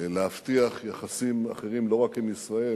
להבטיח יחסים אחרים לא רק עם ישראל,